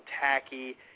tacky